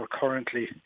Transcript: currently